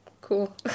Cool